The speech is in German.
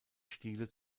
stile